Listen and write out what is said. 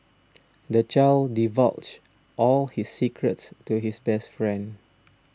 the child divulged all his secrets to his best friend